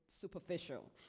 superficial